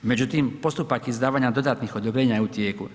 Međutim, postupak izdavanja dodatnih odobrenja je u tijeku.